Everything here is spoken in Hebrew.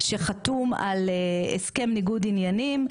אני חושבת שדווקא בתחומים הפוליטיים.